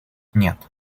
нет